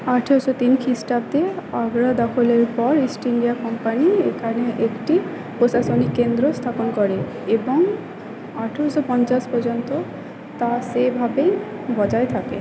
আঠেরোশো তিন খিষ্টাব্দে আগ্রা দখলের পর ইস্ট ইন্ডিয়া কোম্পানি এখানে একটি প্রশাসনিক কেন্দ্র স্থাপন করে এবং আঠোরোশো পঞ্চাশ পর্যন্ত তা সেভাবেই বজায় থাকে